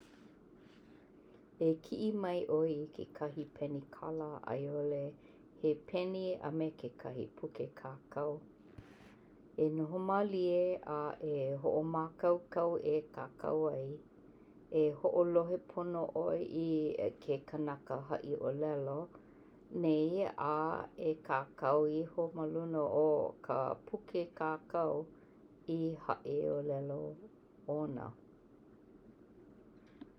E kiʻi mai ʻoe i kekahi penikala aiʻole he peni a me kekahi puke kākau. E noho maliē a e hoʻomakaukau e kākau ai. E hoʻolohe pono ʻoe i ke kanaka haʻi ʻōlelo nei a e kākau iho ma luna o ka puke kākau i haʻi ʻōlelo. ona.